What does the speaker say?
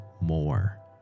more